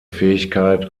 fähigkeit